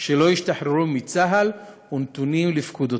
שלא השתחררו מצה"ל ונתונים לפקודותיו.